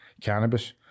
cannabis